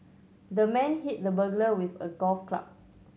the man hit the burglar with a golf club